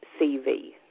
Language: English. CV